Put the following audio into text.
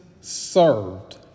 Served